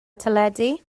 teledu